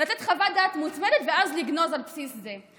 לתת חוות דעת מוצמדת ואז לגנוז על בסיס זה.